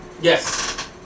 Yes